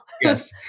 yes